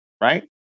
right